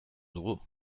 dugu